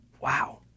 Wow